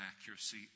accuracy